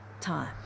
time